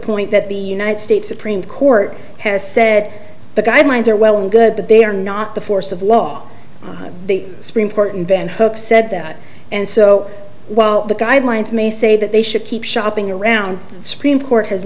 point that the united states supreme court has said the guidelines are well and good but they are not the force of law the supreme court in bend hooks said that and so while the guidelines may say that they should keep shopping around the supreme court has